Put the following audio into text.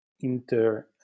inter